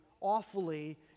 awfully